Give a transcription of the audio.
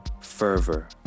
fervor